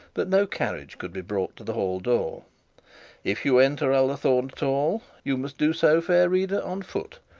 that no carriage could be brought to the hall-door. if you enter ullathorne at all, you must do so, fair reader, on foot,